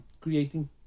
creating